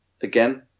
again